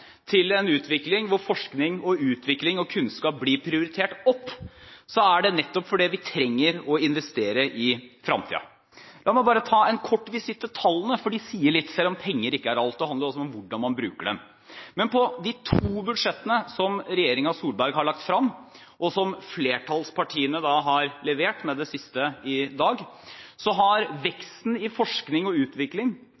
til en utvikling hvor forskning, utvikling og kunnskap blir prioritert opp, er det nettopp fordi vi trenger å investere i fremtiden. La meg bare ta en kort visitt til tallene, for de sier litt, selv om penger ikke er alt, det handler også om hvordan man bruker dem. Men i de to budsjettene som regjeringen Solberg har lagt frem, og som flertallspartiene har levert, med det siste i dag, har